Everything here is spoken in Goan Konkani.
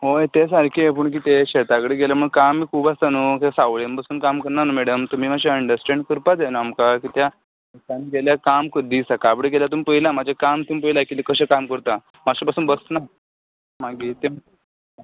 होय तें सारकें पूण कितें शेता कडेन गेले म्हूण काम खूब आसता न्हू सावळेन बसून काम कन्ना न्हू मॅडम तुमी मातशें अण्डरस्टेण्ट करपाक जाय न्हू आमकां कित्याक शेतान गेल्यार काम फूल दीस सकाळ फुडें गेल्यार तुमी पळयला म्हजें काम तुमी पयला कितें कशें काम करता मातसो बसून बसना मागीर